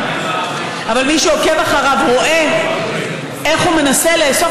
אבל מי שעוקב אחריו רואה איך הוא מנסה לאסוף